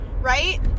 right